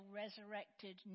resurrected